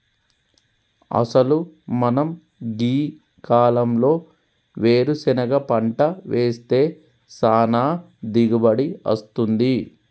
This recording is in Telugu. అసలు మనం గీ కాలంలో వేరుసెనగ పంట వేస్తే సానా దిగుబడి అస్తుంది